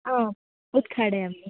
ओ उद्घाटयामि